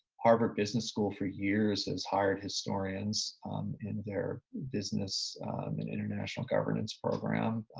harvard business school for years has hired historians in their business and international governance program,